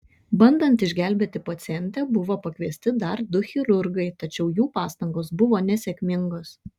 bandant išgelbėti pacientę buvo pakviesti dar du chirurgai tačiau jų pastangos buvo nesėkmingos